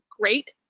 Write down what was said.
great